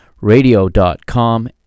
radio.com